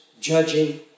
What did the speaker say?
judging